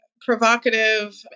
provocative